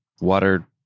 water